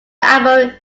album